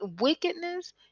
wickedness